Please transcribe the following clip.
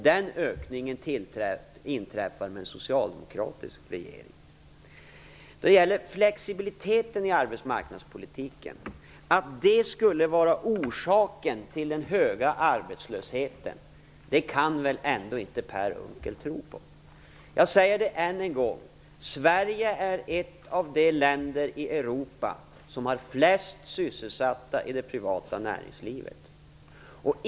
Den ökningen har inträffat under en socialdemokratisk regering. Att flexibiliteten i arbetsmarknadspolitiken skulle vara orsaken till den höga arbetslösheten kan väl ändå inte Per Unckel tro. Jag säger det än en gång: Sverige är ett av de länder i Europa som har flest sysselsatta i det privata näringslivet.